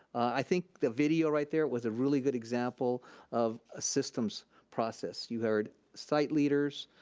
i think the video right there was a really good example of a systems process. you heard site leaders,